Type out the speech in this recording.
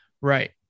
Right